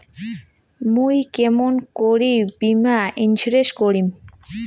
মুই কেমন করি বীমা ইন্সুরেন্স করিম?